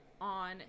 on